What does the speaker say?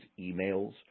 emails